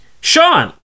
Sean